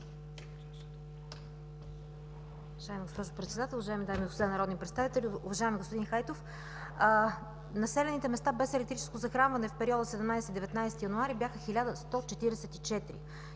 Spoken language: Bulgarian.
Уважаеми господин Хайтов, населените места без електрическо захранване в периода 17 – 19 януари бяха 1144